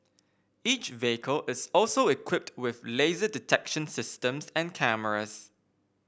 each vehicle is also equipped with laser detection systems and cameras